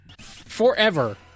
forever